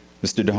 mr.